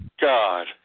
God